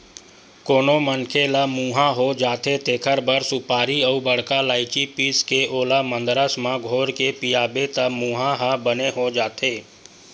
कोनो मनखे ल मुंहा हो जाथे तेखर बर सुपारी अउ बड़का लायची पीसके ओला मंदरस म घोरके पियाबे त मुंहा ह बने हो जाथे